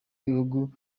b’ibihugu